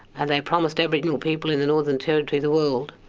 and they promised aboriginal people in the northern territory the world,